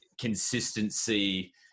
consistency